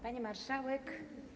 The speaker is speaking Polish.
Pani Marszałek!